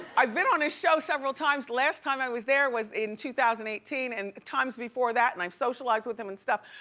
i've been on his show several times, last time i was there was in two thousand and eighteen, and times before that, and i've socialized with them and stuff,